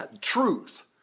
truth